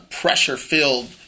pressure-filled